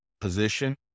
position